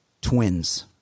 twins